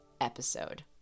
episode